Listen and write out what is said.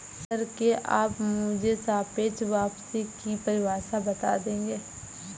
Sir, क्या आप मुझे सापेक्ष वापसी की परिभाषा बता देंगे?